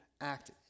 act